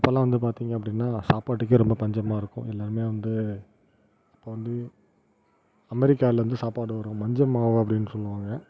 அப்போல்லாம் வந்து பார்த்திங்க அப்படின்னா சாப்பாட்டுக்கே ரொம்ப பஞ்சமாக இருக்கும் எல்லாமே வந்து அப்போ வந்து அமெரிக்காவிலேருந்து சாப்பாடு வரும் மஞ்சள் மாவு அப்படின்னு சொல்லுவாங்க